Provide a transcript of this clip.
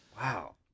Wow